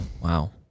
Wow